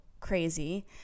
crazy